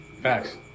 Facts